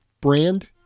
Brand